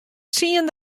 tsien